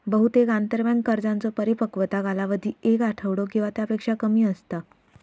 बहुतेक आंतरबँक कर्जांचो परिपक्वता कालावधी एक आठवडो किंवा त्यापेक्षा कमी असता